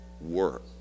work